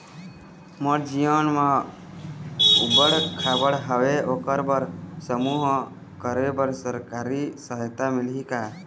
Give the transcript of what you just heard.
मोर जमीन म ऊबड़ खाबड़ हावे ओकर बर समूह करे बर सरकारी सहायता मिलही का?